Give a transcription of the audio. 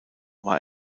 war